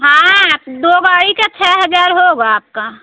हाँ दो गाड़ी का छ हजार होगा आपका